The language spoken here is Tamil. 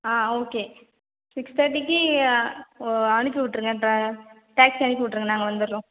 ஆ ஓகே சிக்ஸ் தேர்ட்டிக்கு ஓ அனுப்பி விட்டுருங்க ட டேக்ஸி அனுப்பி விட்டுருங்க நாங்கள் வந்துடறோம்